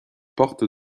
porte